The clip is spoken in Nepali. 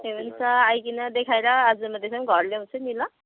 ए हुन्छ आइकिन देखाएर आज म त्यसो भने घर ल्याउँछु नि ल